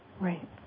Right